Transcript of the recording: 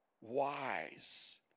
wise